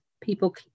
people